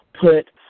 put